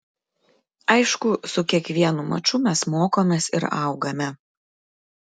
aišku su kiekvienu maču mes mokomės ir augame